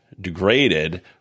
degraded